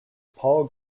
paul